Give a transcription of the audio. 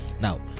Now